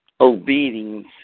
obedience